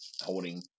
holding